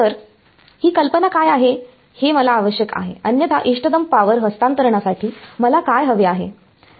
तर ही कल्पना काय आहे हे मला आवश्यक आहे अन्यथा इष्टतम पावर हस्तांतरणासाठी मला काय हवे आहे